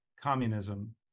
communism